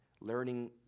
learning